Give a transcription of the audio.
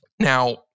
Now